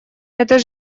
это